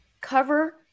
cover